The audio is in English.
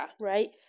right